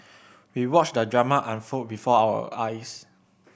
we watched the drama unfold before our eyes